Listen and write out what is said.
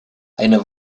eine